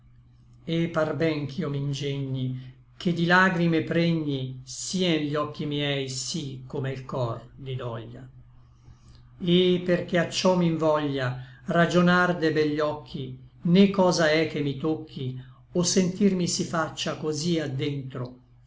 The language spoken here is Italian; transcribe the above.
et par ben ch'io m'ingegni che di lagrime pregni sien gli occhi miei sí come l cor di doglia et perché a cciò m'invoglia ragionar de begli occhi né cosa è che mi tocchi o sentir mi si faccia cosí a dentro